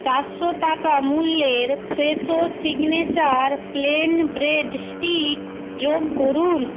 চারশো টাকা মূল্যের Fresho signature plain bread stick যোগ করুন